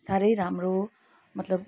साह्रै राम्रो मतलब